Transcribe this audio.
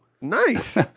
Nice